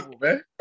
man